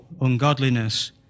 ungodliness